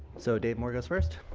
so dave moore is first.